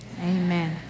amen